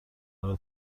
حال